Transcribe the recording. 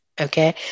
Okay